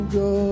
go